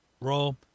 Roll